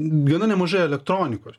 gana nemažai elektronikos